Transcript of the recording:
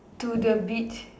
to the beach